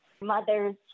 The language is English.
mothers